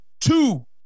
two